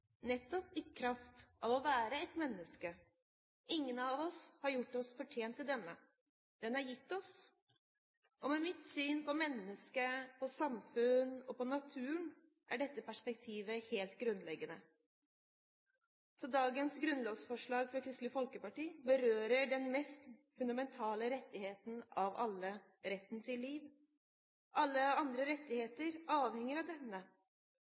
nettopp i kraft av å være et menneske. Ingen av oss har gjort oss fortjent til denne, den er gitt oss. Med mitt syn på mennesket, på samfunnet og på naturen er dette perspektivet helt grunnleggende. Dagens grunnlovsforslag fra Kristelig Folkeparti berører den mest fundamentale rettigheten av dem alle – retten til liv. Alle andre rettigheter avhenger av denne.